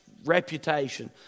Reputation